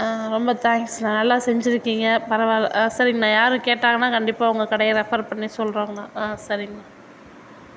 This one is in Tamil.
ரொம்ப தேங்க்ஸ்ணா நல்லா செஞ்சுருக்கிங்க பரவாயில்ல சரிங்கணா யாரும் கேட்டாங்கனால் கண்டிப்பாக உங்கள் கடையை ரெஃபர் பண்ணி சொல்கிறேங்கனா சரிங்கணா